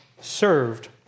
served